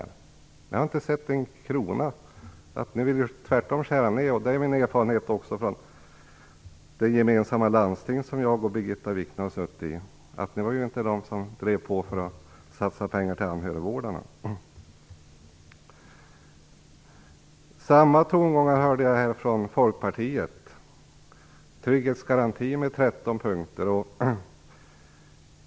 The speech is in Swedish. Jag har inte sett att ni vill satsa en krona, utan ni vill tvärtom göra nedskärningar. Det är också min erfarenhet från det landsting som Birgitta Wichne och jag har suttit i att Moderaterna inte var de som drev på för att satsa pengar för anhörigvårdarna. Samma tongångar hörde jag här från Folkpartiet. Ni föreslår en trygghetsgaranti med 13 punkter.